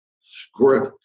script